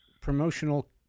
promotional